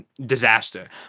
disaster